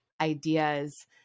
ideas